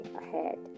ahead